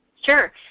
Sure